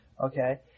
okay